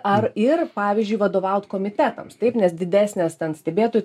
ar ir pavyzdžiui vadovaut komitetams taip nes didesnės ten stebėtojų